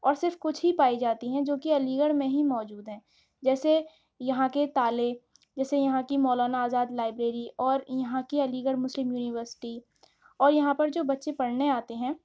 اور صرف کچھ ہی پائی جاتی ہیں جو کہ علی گڑھ میں ہی موجود ہیں جیسے یہاں کے تالے جیسے یہاں کی مولانا آزاد لائبریری اور یہاں کی علی گڑھ مسلم یونیوسٹی اور یہاں پر جو بچے پڑھنے آتے ہیں